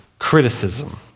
criticism